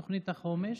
תוכנית החומש,